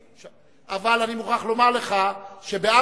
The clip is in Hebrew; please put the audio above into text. אבל אני מוכרח לומר לך שב-16:01,